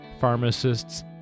pharmacists